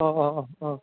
अह अह अह अह